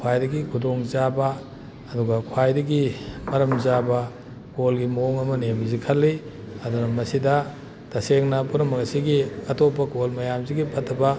ꯈ꯭ꯋꯥꯏꯗꯒꯤ ꯈꯨꯗꯣꯡ ꯆꯥꯕ ꯑꯗꯨꯒ ꯈ꯭ꯋꯥꯏꯗꯒꯤ ꯃꯔꯝ ꯆꯥꯕ ꯀꯣꯜꯒꯤ ꯃꯑꯣꯡ ꯑꯃꯅꯦ ꯍꯥꯏꯕꯁꯤ ꯈꯜꯂꯤ ꯑꯗꯨꯅ ꯃꯁꯤꯗ ꯇꯁꯦꯡꯅ ꯄꯨꯝꯅꯃꯛ ꯑꯁꯤꯒꯤ ꯑꯇꯣꯞꯄ ꯀꯣꯜ ꯃꯌꯥꯝꯁꯤꯒꯤ ꯐꯠꯇꯕ